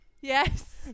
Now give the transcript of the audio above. yes